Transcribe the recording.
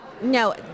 no